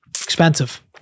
expensive